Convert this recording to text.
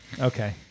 Okay